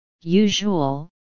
usual